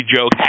joke